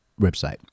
website